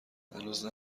هنوز